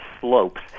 slopes